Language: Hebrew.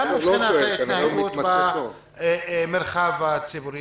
גם מבחינת ההתנהגות במרחב הציבורי.